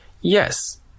Yes